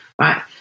Right